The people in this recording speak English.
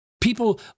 People